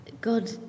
God